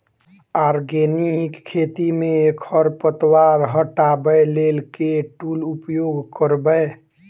Organic खेती मे खरपतवार हटाबै लेल केँ टूल उपयोग करबै?